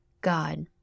God